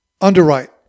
underwrite